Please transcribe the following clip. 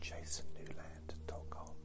jasonnewland.com